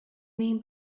mean